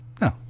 No